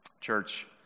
Church